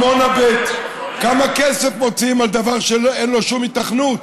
עמונה ב' כמה כסף מוציאים על דבר שאין לו שום היתכנות?